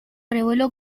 reveló